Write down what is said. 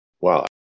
Wow